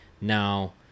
Now